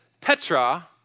Petra